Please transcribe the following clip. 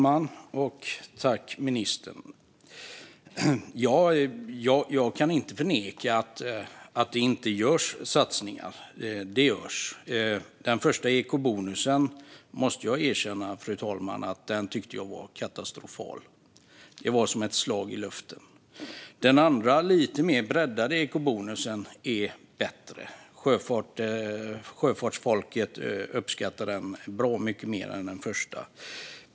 Fru talman! Tack, ministern! Jag kan inte förneka att det görs satsningar; det görs. Jag måste erkänna att jag tyckte att den första ekobonusen var katastrofal. Det var som ett slag i luften. Den andra, lite mer breddade ekobonusen är bättre. Sjöfartsfolket uppskattar den bra mycket mer än den första.